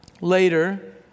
Later